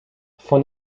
von